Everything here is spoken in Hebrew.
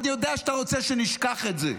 אני יודע שאנחנו רוצים שתשכח את זה,